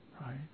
Right